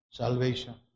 salvation